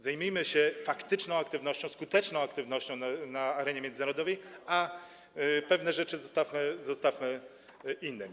Zajmijmy się faktyczną aktywnością, skuteczną aktywnością na arenie międzynarodowej, a pewne rzeczy zostawmy innym.